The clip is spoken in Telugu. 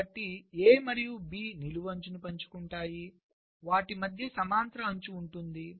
కాబట్టి A మరియు B నిలువు అంచుని పంచుకుంటున్నాయి వాటి మధ్య సమాంతర అంచు ఉంటుంది